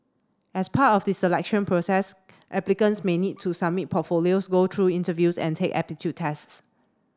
as part of the selection process applicants may need to submit portfolios go through interviews and take aptitude tests